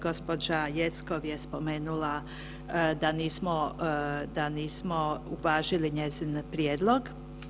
Gospođa Jeckov je spomenula da nismo, da nismo uvažili njezin prijedlog.